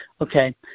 Okay